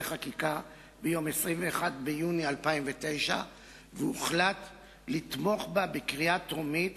חקיקה ביום 21 ביוני 2009 והוחלט לתמוך בה בקריאה טרומית,